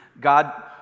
God